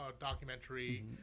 documentary